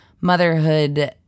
motherhood